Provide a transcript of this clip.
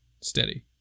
steady